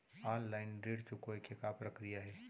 Online ऋण चुकोय के का प्रक्रिया हे?